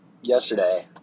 yesterday